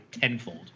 tenfold